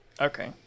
Okay